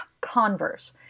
Converse